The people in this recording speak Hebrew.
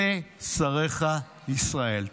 אלה שריך ישראל.